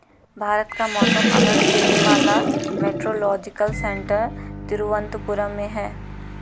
भारत का मौसम अलर्ट देने वाला मेट्रोलॉजिकल सेंटर तिरुवंतपुरम में है